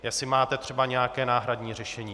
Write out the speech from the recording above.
Jestli máte třeba nějaké náhradní řešení.